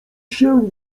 się